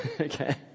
Okay